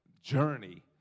journey